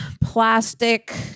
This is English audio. plastic